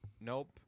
nope